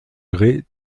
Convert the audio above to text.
gré